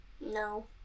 No